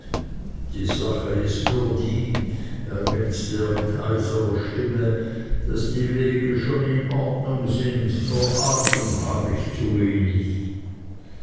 die sache ist nur die ergänzte er mit heiserer stimme daß die wege schon in ordnung sind nur atem hab ich zu wenig